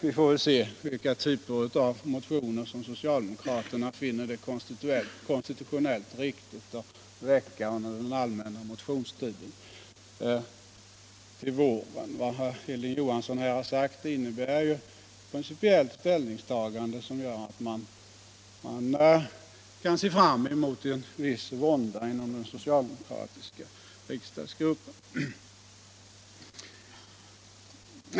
Vi får väl se vilka typer av motioner som socialdemokraterna finner det konstitutionellt riktigt att väcka under den allmänna motionstiden i vår. Vad Hilding Johansson här har sagt innebär ju ett principiellt ställningstagande som gör att man kan se fram emot en viss vånda inom den socialdemokratiska riksdagsgruppen.